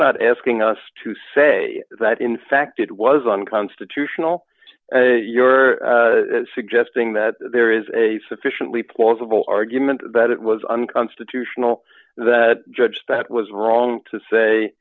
not asking us to say that in fact it was unconstitutional you're suggesting that there is a sufficiently plausible argument that it was unconstitutional that judge that was wrong to